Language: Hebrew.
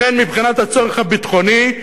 לכן מבחינת הצורך הביטחוני,